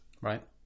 Right